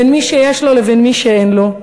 בין מי שיש לו לבין מי שאין לו,